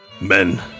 men